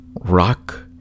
Rock